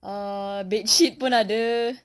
err bedsheet pun ada